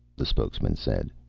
the spokesman said.